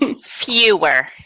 fewer